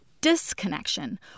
disconnection